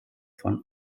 von